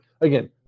again